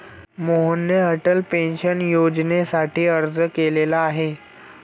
मोहनने अटल पेन्शन योजनेसाठी अर्ज केलेला आहे